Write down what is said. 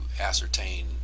ascertain